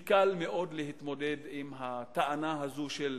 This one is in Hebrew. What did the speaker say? לכך שקל מאוד להתמודד עם הטענה הזאת של